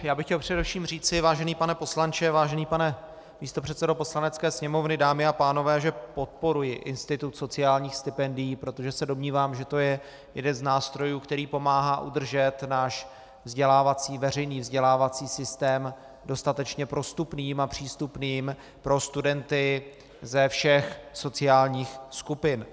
Já bych chtěl především říci, vážený pane poslanče, vážený pane místopředsedo Poslanecké sněmovny, dámy a pánové, že podporuji institut sociálních stipendií, protože se domnívám, že to je jeden z nástrojů, který pomáhá udržet náš veřejný vzdělávací systém dostatečně prostupným a přístupným pro studenty ze všech sociálních skupin.